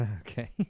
Okay